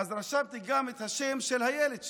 רשמתי גם את השם של הילד שלי,